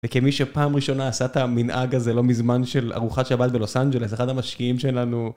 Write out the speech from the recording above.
וכמי שפעם ראשונה עשתה מנהג הזה, לא מזמן של ארוחת שבת בלוס אנג'לס, אחד המשקיעים שלנו.